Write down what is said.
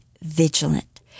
vigilant